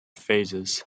phases